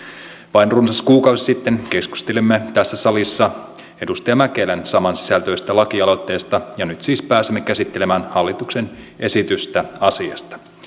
vain runsas kuukausi sitten keskustelimme tässä salissa edustaja mäkelän samansisältöisestä lakialoitteesta ja nyt siis pääsimme käsittelemään hallituksen esitystä asiasta